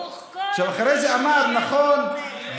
אחרי זה אמר: נכון,